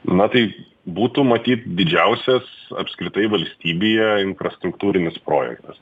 na tai būtų matyt didžiausias apskritai valstybėje infrastruktūrinis projektas